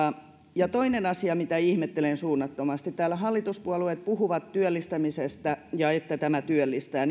toinen asia mitä ihmettelen suunnattomasti täällä hallituspuolueet puhuvat työllistämisestä ja siitä että tämä työllistää